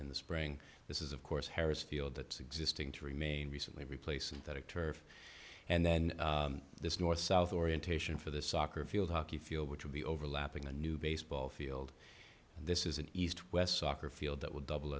in the spring this is of course harris field that's existing to remain recently replaced and that of turf and then this north south orientation for the soccer field hockey field which would be overlapping the new baseball field and this is an east west soccer field that would double